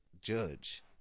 judge